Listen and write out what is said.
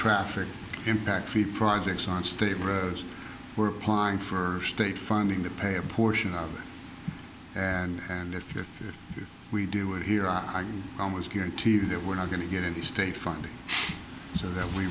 traffic impacts the projects on state roads were applying for state funding the pay a portion of it and and if we do it here i almost guarantee that we're not going to get any state funding so that we